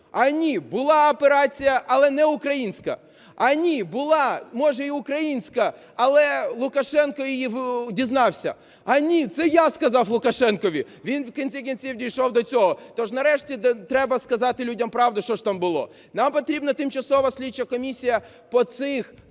а, ні, була операція, але не українська;, а, ні, була, може і українська, але Лукашенко її дізнався; а, ні, це я сказав Лукашенкові. Він в кінці кінців дійшов до цього. Тож нарешті треба сказати людям правду, що ж там було. Нам потрібна тимчасова слідча комісія по цих,